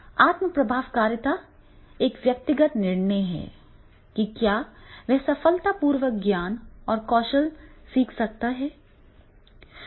आत्म प्रभावकारिता एक व्यक्तिगत निर्णय है कि क्या वह सफलतापूर्वक ज्ञान और कौशल सीख सकता है